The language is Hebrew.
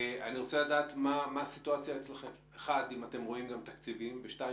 אני רוצה לדעת מה הסיטואציה אצלכם - האם אתם רואים תקציבים ושנית,